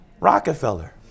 Rockefeller